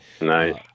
Nice